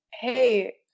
hey